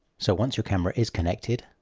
so once your camera is connected,